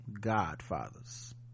Godfathers